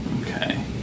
Okay